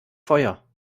feuer